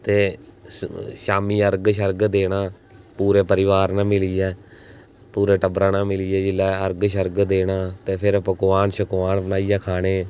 ते शामी अर्घ शर्घ देना पूरे परिवार ने मिलियै पूरे टब्बरै ने मिलियै जेल्लै अर्घ शर्घ देना ते फिर पकवान शकवान बनाइयै खाने